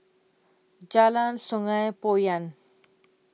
Jalan Sungei Poyan